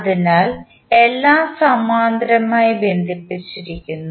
അതിനാൽ എല്ലാം സമാന്തരമായി ബന്ധിപ്പിച്ചിരിക്കുന്നു